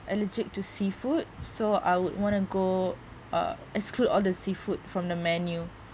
allergic to seafood so I would want to go uh exclude all the seafood from the menu